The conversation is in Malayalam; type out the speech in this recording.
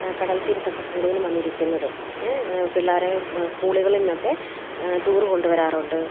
കടൽ തീരത്തൊക്കെ കൂടുതലും വന്നിരിക്കുന്നത് പിള്ളേരേ സ്കൂളുകളീന്നൊക്കെ ടൂർ കൊണ്ട് വരാറുണ്ട്